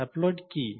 haploid কী